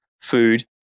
food